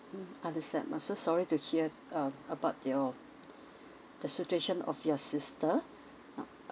mm understand I'm so sorry to hear uh about your the situation of your sister now